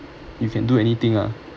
you can do anything ah